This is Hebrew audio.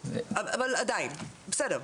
אבל, עדיין, בסדר.